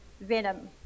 venom